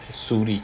shulli